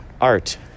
Art